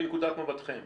מנקודת מבטכם?